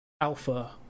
alpha